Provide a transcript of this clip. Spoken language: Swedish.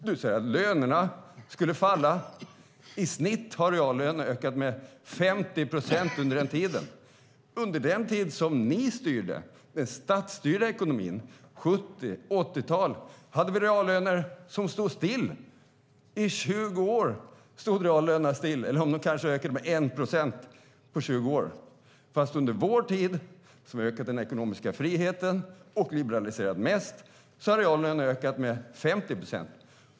Du säger att lönerna skulle falla, Peter Persson. I snitt har reallönen ökat med 50 procent under den tiden. Under den tid som ni styrde, den statsstyrda ekonomin på 1970 och 1980-talen, hade vi reallöner som stod stilla. I 20 år stod reallönerna stilla, eller de kanske ökade med 1 procent på 20 år. Under vår tid, när vi har ökat den ekonomiska friheten och liberaliserat mest, har reallönerna ökat med 50 procent.